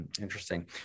interesting